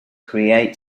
create